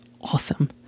Awesome